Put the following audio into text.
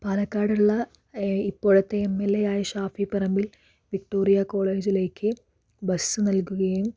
പാലക്കാടുള്ള ഈ ഇപ്പോഴത്തെ M L എയായ ഷാഫി പറമ്പിൽ വിക്ടോറിയ കോളേജിലേക്ക് ബസ് നൽകുകയും